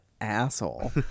asshole